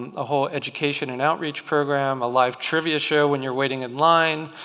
a whole education and outreach program, a live trivia show when you're waiting in line,